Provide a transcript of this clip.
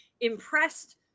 impressed